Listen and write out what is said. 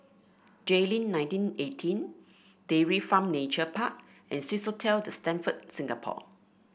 Jayleen Nineteen Eighteen Dairy Farm Nature Park and Swissotel The Stamford Singapore